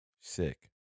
Sick